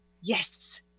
Yes